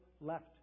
left